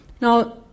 Now